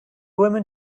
women